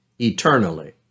eternally